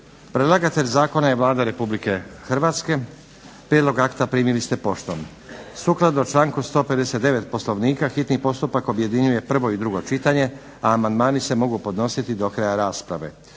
Predlagatelj je Vlada Republike Hrvatske. Prijedlog akta primili ste poštom. Skladno članku 159. Poslovnika Hrvatskog sabora hitni postupak objedinjuje prvo i drugo čitanje, a amandmane možete podnijeti do kraja rasprave.